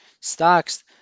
stocks